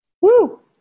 Woo